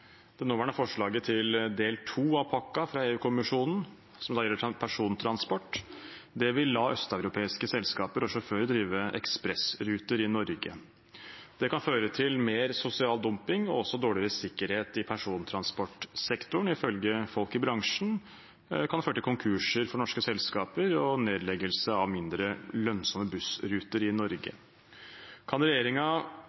Det nåværende forslaget til del 2 av pakken fra EU-kommisjonen, som gjelder persontransport, vil la østeuropeiske selskaper og sjåfører drive ekspressruter i Norge. Det kan føre til mer sosial dumping og dårligere sikkerhet i persontransportsektoren. Ifølge folk i bransjen kan det føre til konkurser for norske selskaper og nedleggelse av mindre lønnsomme bussruter i Norge.